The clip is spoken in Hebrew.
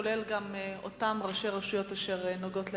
וגם אותם ראשי רשויות אשר נוגעות בעניין.